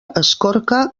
escorca